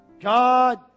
God